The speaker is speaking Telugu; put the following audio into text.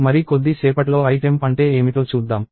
మరి కొద్ది సేపట్లో i temp అంటే ఏమిటో చూద్దాం